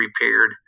prepared